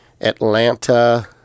Atlanta